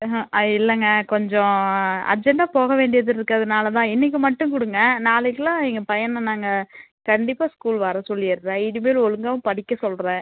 ம்ஹும் அது இல்லைங்க கொஞ்சம் அர்ஜெண்ட்டாக போக வேண்டியது இருக்கிறதுனால தான் இன்னைக்கி மட்டும் கொடுங்க நாளைக்கெல்லாம் எங்கள் பையனை நாங்கள் கண்டிப்பாக ஸ்கூல் வர சொல்லிடுறேன் இனிமேல் ஒழுங்காகவும் படிக்க சொல்கிறேன்